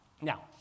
Now